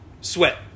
Sweat